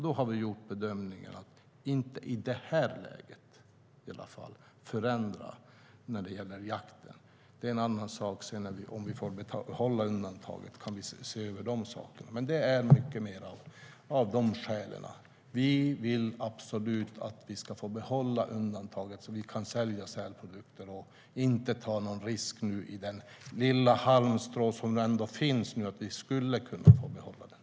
Då har vi gjort bedömningen att i alla fall inte i det här läget förändra när det gäller jakten. Om vi får behålla undantaget kan vi se över de sakerna. Det handlar alltså mycket om de här skälen. Vi vill absolut behålla undantaget, så att vi kan sälja sälprodukter. Vi vill inte ta någon risk nu med tanke på det lilla halmstrå som ändå finns när det gäller att vi skulle kunna få behålla detta.